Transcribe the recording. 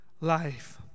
life